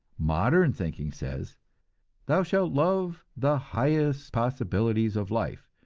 modern thinking says thou shalt love the highest possibilities of life,